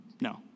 No